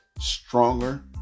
stronger